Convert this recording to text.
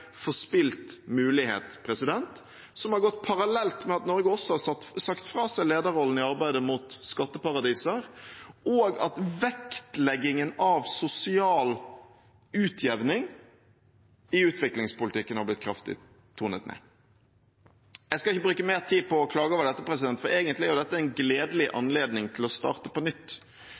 forspilt mulighet som har gått parallelt med at Norge også har sagt fra seg lederrollen i arbeidet mot skatteparadiser, og at vektleggingen av sosial utjevning i utviklingspolitikken er blitt kraftig tonet ned. Jeg skal ikke bruke mer tid på å klage over dette, for egentlig er dette en gledelig anledning til å starte på nytt.